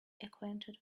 acquainted